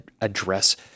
address